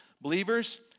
Believers